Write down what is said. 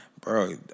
Bro